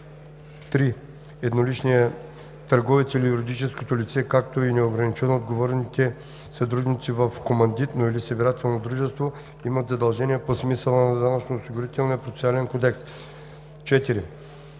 3. едноличният търговец или юридическото лице, както и неограничено отговорните съдружници в командитно или събирателно дружество имат задължения по смисъла на Данъчно-осигурителния процесуален кодекс; 4.